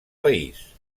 país